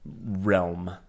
realm